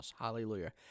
Hallelujah